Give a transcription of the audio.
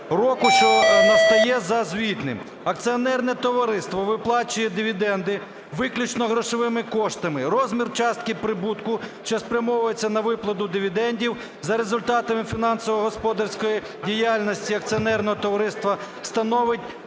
року, що настає за звітним. Акціонерне товариство виплачує дивіденди виключно грошовими коштами. Розмір частки прибутку, що спрямовується на виплату дивідендів, за результатами фінансово-господарської діяльності акціонерного товариства становить